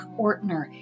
Ortner